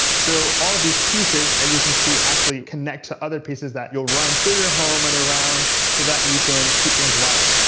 so all of these pieces that and you can see actually connect to other pieces that you'll run through your home and around so that you can keep things wired.